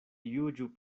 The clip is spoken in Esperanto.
juĝu